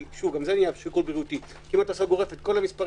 כי אז שום דבר לא ייפתח.